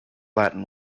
latin